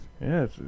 Yes